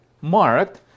marked